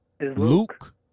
Luke